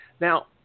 Now